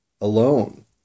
alone